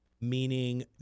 Meaning